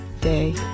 day